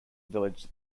village